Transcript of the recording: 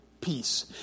peace